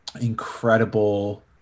incredible